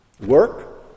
Work